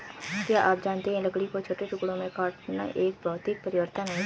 क्या आप जानते है लकड़ी को छोटे टुकड़ों में काटना एक भौतिक परिवर्तन है?